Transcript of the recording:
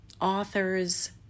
authors